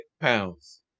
pounds